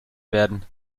werden